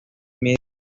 media